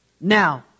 Now